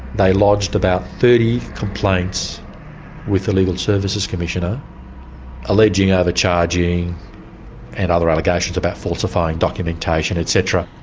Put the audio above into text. they lodged about thirty complaints with the legal services commissioner alleging overcharging and other allegations about falsifying documentation, et cetera.